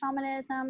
shamanism